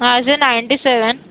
माझे ninety seven